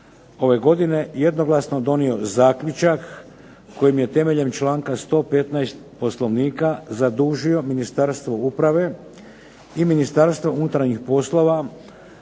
ove godine jednoglasno donio zaključak kojim je temeljem članka 115. Poslovnika zadužio Ministarstvo uprave i Ministarstvo unutarnjih poslova